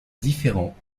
différents